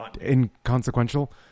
inconsequential